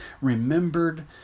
remembered